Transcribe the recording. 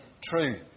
true